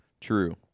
True